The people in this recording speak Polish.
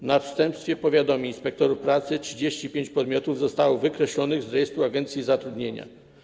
W następstwie powiadomień inspektorów pracy 35 podmiotów zostało wykreślonych z rejestru agencji zatrudnienia.